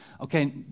Okay